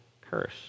curse